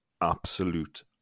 absolute